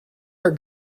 our